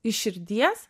iš širdies